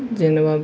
जेनबा